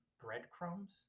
breadcrumbs